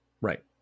Right